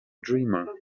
dreamer